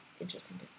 interesting